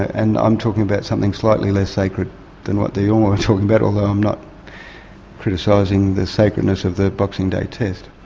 and i'm talking about something slightly less sacred than what the yolngu are talking about, although i'm not criticising the sacredness of the boxing day test.